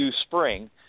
spring